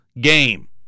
game